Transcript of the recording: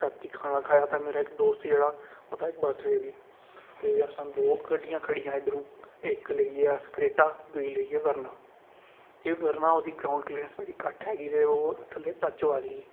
रातीं खाना खाया ते मेरा इक दोस्त जेह्ड़ा ओह्दा बर्थडे ही ते असां दो गड्डियां खड़ियां इद्धरूं इक लेई गे क्रेटा दूई लेई गे वरना क्योंकि वरना ओह्दी ग्राउंड क्लीयरेंस बड़ी घट्ट हैगी ते ओह् थल्ले टच होआ दी ही